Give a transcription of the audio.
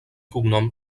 cognom